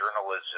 journalism